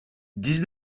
dix